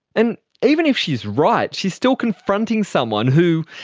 and even if she is right, she is still confronting someone who,